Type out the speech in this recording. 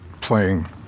playing